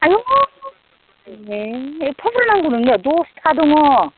आयौ एफा बुरजा नांगौ नोंनो दसथा दङ